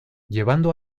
llevando